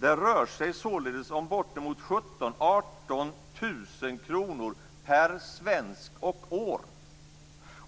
Det rör sig således om bortemot 17 000, 18 000 kr per svensk och år.